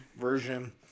version